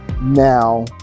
Now